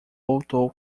voltou